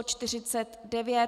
49.